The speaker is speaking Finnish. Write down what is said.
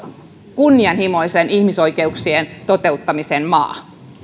kunnianhimoisen ihmisoikeuksien toteuttamisen maa